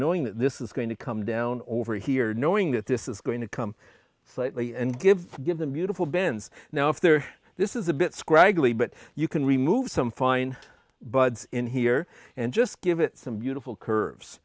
knowing that this is going to come down over here knowing that this is going to come slightly and give give them useful bends now if they're this is a bit scraggly but you can remove some fine buds in here and just give it some beautiful curves